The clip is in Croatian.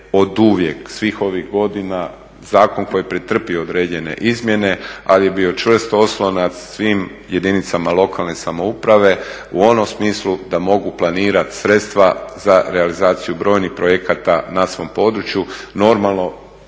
oduvijek svih ovih godina zakon koji je pretrpio određene izmjene, ali je bio čvrst oslonac svim jedinicama lokalne samouprave u onom smislu da mogu planirati sredstva za realizaciju brojnih projekata na svom području. Normalno